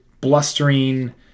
blustering